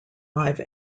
live